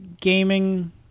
gaming